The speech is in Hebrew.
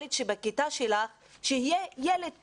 לילד שבכיתה שלך, שיהיה ילד טוב,